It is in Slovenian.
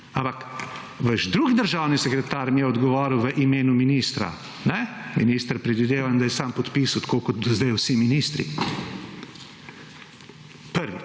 ampak vaš drug državni sekretar mi je odgovoril v imenu ministra. Minister, predvidevam, da je sam podpisal, tako kot zdaj vsi ministri. Prvič,